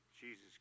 Jesus